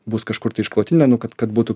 bus kažkur tai išklotinė nu kad kad būtų